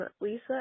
Lisa